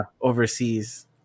Overseas